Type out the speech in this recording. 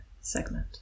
segment